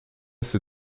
ses